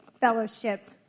fellowship